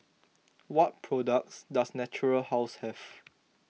what products does Natura House have